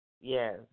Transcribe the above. Yes